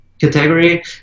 category